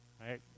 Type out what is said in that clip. right